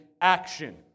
action